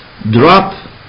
drop